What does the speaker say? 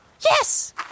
Yes